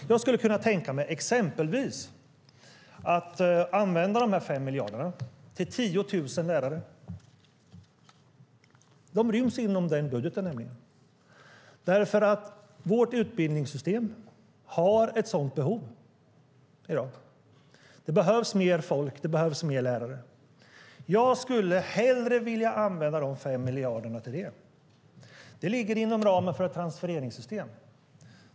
Jag skulle kunna tänka mig att exempelvis använda dessa fem miljarder till 10 000 lärare. De ryms nämligen inom den budgeten. Vårt utbildningssystem har ett sådant behov i dag. Det behövs mer folk, och det behövs fler lärare. Jag skulle hellre vilja använda dessa fem miljarder till detta. Det ligger inom ramen för ett transfereringssystem.